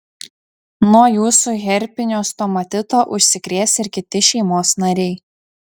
nuo jūsų herpinio stomatito užsikrės ir kiti šeimos nariai